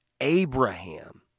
Abraham